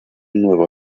nuevo